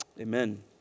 Amen